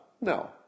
no